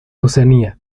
oceanía